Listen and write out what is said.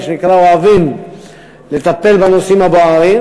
מה שנקרא אוהבים לטפל בנושאים הבוערים,